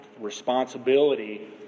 responsibility